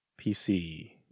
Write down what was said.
PC